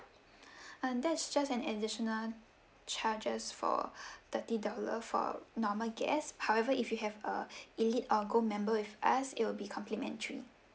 and that's just an additional charges for thirty dollar for normal guest however if you have uh elite or gold member with us it will be complimentary